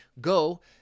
Go